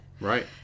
Right